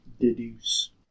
Deduce